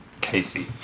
Casey